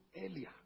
earlier